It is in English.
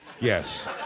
Yes